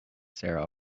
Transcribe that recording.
sarah